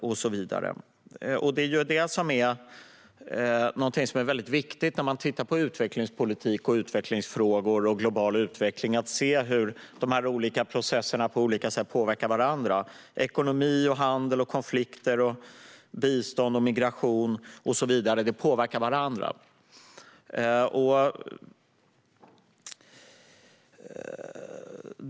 När man tittar på utvecklingspolitik och frågor som gäller global utveckling är det viktigt att man ser hur dessa olika processer på olika sätt påverkar varandra: Ekonomi, handel, konflikter, bistånd och migration påverkar varandra.